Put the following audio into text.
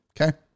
okay